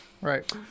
Right